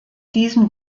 diesem